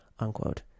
Unquote